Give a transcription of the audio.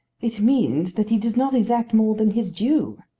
it means that he does not exact more than his due,